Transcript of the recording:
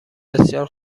بسیار